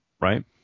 right